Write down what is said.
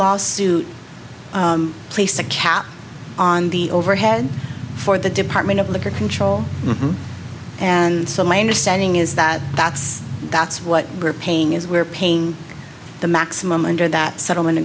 lawsuit placed a cap on the overhead for the department of liquor control and so my understanding is that that's that's what we're paying is we're paying the maximum under that settlement